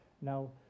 Now